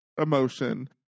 emotion